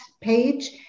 page